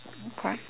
okay